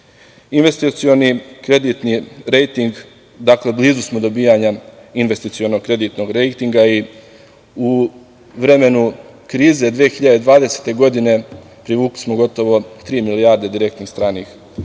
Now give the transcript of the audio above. Investicioni kreditni rejting, blizu smo dobijanja investicionog kreditnog rejtinga i u vremenu krize 2020. godine privukli smo gotovo tri milijarde direktnih stranih investicija. Sve